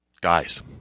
Guys